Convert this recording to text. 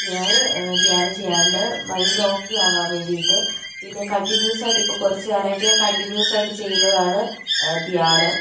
ഞാൻ ധ്യാനം ചെയ്യാറുണ്ട് മൈൻഡ് ഓക്കേ അവാൻ വേണ്ടീട്ട് പിന്നെ കണ്ടിന്യൂസായിട്ട് ഇപ്പോൾ കുറച്ച് കാലമായിട്ട് ഞാൻ കണ്ടിന്യൂസായിട്ട് ചെയ്യുന്നതാണ് ധ്യാനം